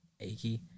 achy